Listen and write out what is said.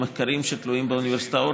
המחקרים שתלויים באוניברסיטאות,